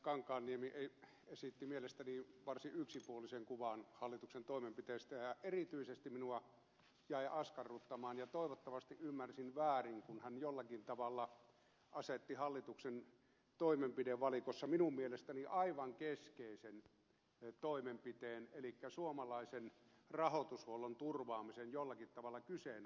kankaanniemi esitti mielestäni varsin yksipuolisen kuvan hallituksen toimenpiteistä ja erityisesti minua jäi askarruttamaan toivottavasti ymmärsin väärin kun hän jollakin tavalla asetti hallituksen toimenpidevalikossa minun mielestäni aivan keskeisen toimenpiteen elikkä suomalaisen rahoitushuollon turvaamisen jollakin tavalla kyseenalaiseksi